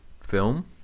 film